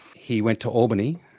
he went to albany.